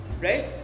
right